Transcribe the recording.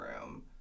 room